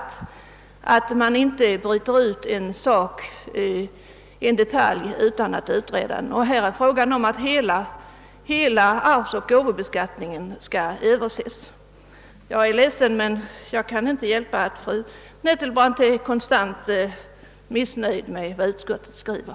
Det är faktiskt kutym här i riksdagen att, när en utredning pågår, inte bryta ut en detalj som faller inom utredningens ram. Här gäller det alltså att överse hela arvsoch gåvobeskattningen, och jag kan inte hjälpa att fru Nettelbrandt ständigt är missnöjd med vad utskottet skriver.